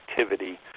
activity